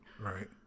Right